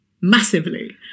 massively